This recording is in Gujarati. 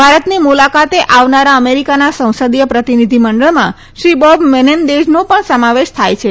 ભારતની મુલાકાતે આવનારા અમેરિકાના સંસદીય પ્રતિનિધિમંડળમાં શ્રી બોબ મેનેન્દેઝનો પણ સમાવેશ થાય છે